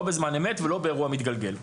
לא בזמן אמת ולא באירוע מתגלגל.